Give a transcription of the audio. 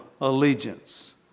allegiance